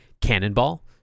Cannonball